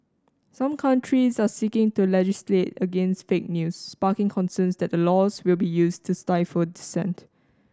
some countries are seeking to legislate against fake news sparking concerns that the laws will be used to stifle dissent